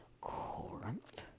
Corinth